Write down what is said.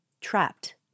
trapped